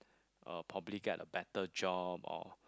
uh probably get a better job or